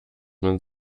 man